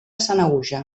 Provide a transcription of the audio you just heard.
sanaüja